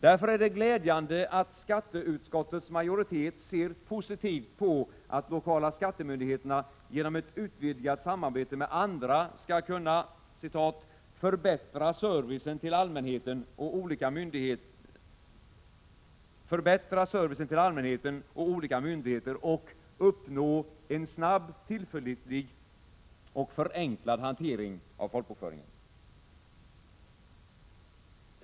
Därför är det glädjande, att skatteutskottets majoritet ser positivt på att lokala skattemyndigheterna genom ett utvidgat samarbete med andra skall kunna ”förbättra servicen till allmänheten och olika myndigheter och ———- uppnå en snabb, tillförlitlig och förenklad hantering” av folkbokföringen.